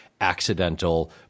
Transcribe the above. Accidental